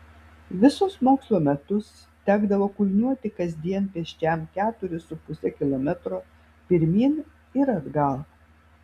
visus mokslo metus tekdavo kulniuoti kasdien pėsčiam keturis su puse kilometro pirmyn ir atgal